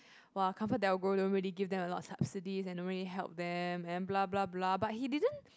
!wah! ComfortDelgro don't really give them a lot subsidies then don't really help them and bla bla bla but he didn't